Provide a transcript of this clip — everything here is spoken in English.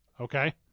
okay